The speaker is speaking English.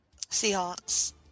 Seahawks